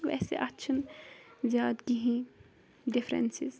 ویسے اَتھ چھِنہٕ زیادٕ کِہیٖنۍ ڈِفرَنسِز